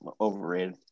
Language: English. overrated